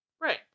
Right